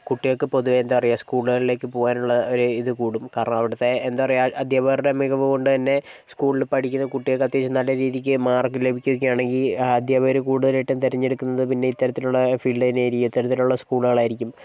കുട്ടികൾക്ക് പൊതുവെ എന്താ പറയാ സ്കൂളുകളിലേക്ക് പോകാനുള്ള ഒരു ഇത് കൂടും കാരണം അവിടുത്തെ എന്താ പറയാ അധ്യാപകരുടെ മികവ് കൊണ്ടന്നെ സ്ക്കൂളിൽ പഠിക്കുന്ന കുട്ടികൾക്ക് അത്യാവശ്യം നല്ല രീതിക്ക് മാർക്ക് ലഭിക്യോക്കെ ആണെങ്കിൽ ആ അദ്ധ്യാപകർ കുടുതലായിട്ടും തിരഞ്ഞെടുക്കുന്നത് പിന്നെ ഇത്തരത്തിലുള്ള ഫീൽഡ് തന്നെയായിരിക്കും ഇത്തരത്തിലുള്ള സ്കൂളുകളായിരിക്കും